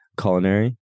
culinary